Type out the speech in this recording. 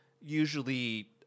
usually